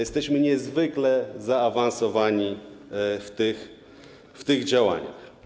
Jesteśmy niezwykle zaawansowani w tych działaniach.